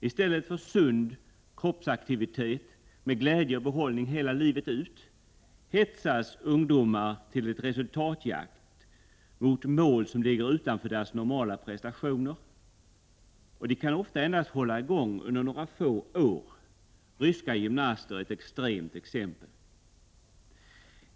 I stället för en sund kroppsaktivitet med glädje och behållning hela livet ut hetsas ungdomar till en resultatjakt mot mål som ligger utanför deras normala prestationer, och de kan ofta hålla i gång endast under några få år. Ryska gymnaster är ett extremt exempel.